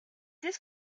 this